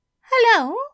Hello